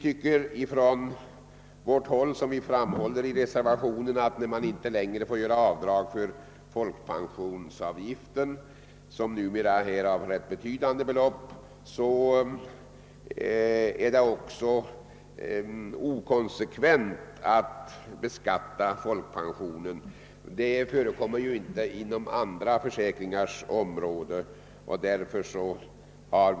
Som vi framhåller i reservationen menar vi, att när man inte längre får göra avdrag för folkpensionsavgiften — som numera har ganska betydande storleksordning — är det inkonsekvent att beskatta folkpensionen. Så sker inte inom andra socialförsäkringar. Herr talman!